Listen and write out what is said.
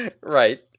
Right